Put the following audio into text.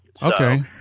Okay